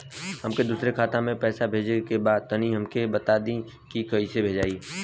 हमके दूसरा खाता में पैसा भेजे के बा तनि हमके बता देती की कइसे भेजाई?